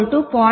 2 henry